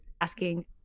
asking